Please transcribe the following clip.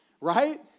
Right